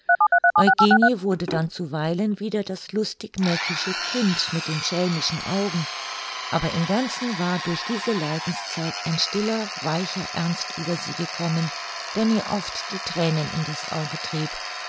eugenie wurde dann zuweilen wieder das lustig neckische kind mit den schelmischen augen aber im ganzen war durch diese leidenszeit ein stiller weicher ernst über sie gekommen der mir oft die thränen in das auge trieb